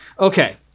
Okay